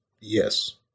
Yes